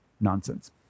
nonsense